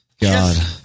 God